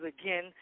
again